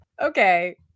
okay